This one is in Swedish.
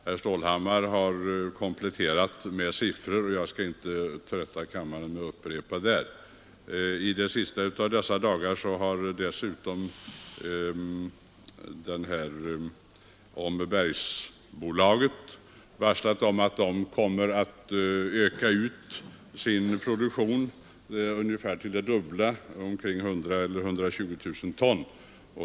Herr Stålhammar har kompletterat med siffror, och jag skall inte trötta kammaren med att upprepa dem. I de sista av dessa dagar har dessutom Ammebergsbolaget varslat om att man kommer att öka ut sin produktion till ungefär det dubbla, omkring 100 000 eller 120 000 ton.